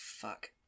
fuck